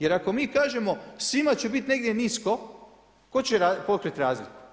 Jer ako mi kažemo, svima će biti negdje nisko, tko će pokriti razliku?